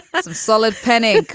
that's a solid penny.